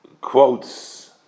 quotes